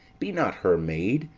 be not her maid,